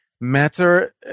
matter